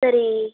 சரி